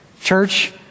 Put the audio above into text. Church